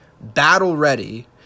battle-ready